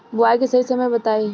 बुआई के सही समय बताई?